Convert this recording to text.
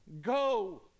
go